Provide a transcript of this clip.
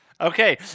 Okay